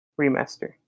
remaster